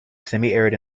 semiarid